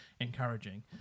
encouraging